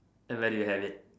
then let you have it